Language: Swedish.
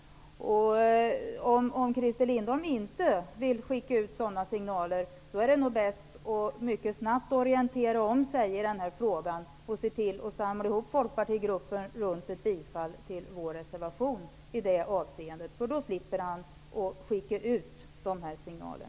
Om Christer Lindblom inte vill sända ut sådana signaler är det bäst att han mycket snabbt orienterar om sig i den här frågan och att han ser till att samla ihop folkpartisterna så att de yrkar bifall till vår reservation i det avseendet. Då undviker han att sända ut dessa signaler.